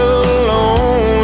alone